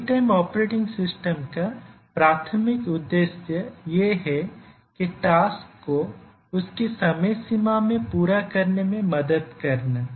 real time operating system का प्राथमिक उद्देश्य यह है के टास्क को उसकी समय सीमा में पूरा करने में मदद करना